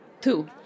Two